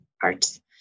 parts